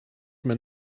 man